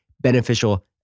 beneficial